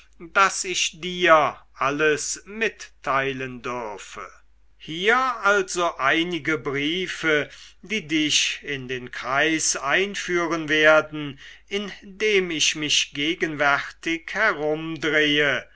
daß ich dir alles mitteilen dürfe hier also einige briefe die dich in den kreis einführen werden in dem ich mich gegenwärtig herumdrehe